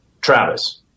Travis